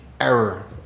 error